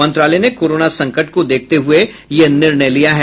मंत्रालय ने कोरोना संकट को देखते हुये यह निर्णय लिया है